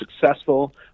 Successful